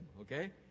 Okay